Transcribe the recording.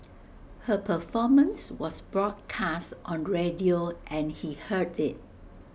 her performance was broadcast on radio and he heard IT